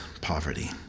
poverty